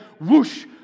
whoosh